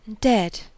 Dead